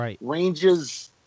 ranges